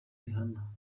rihanna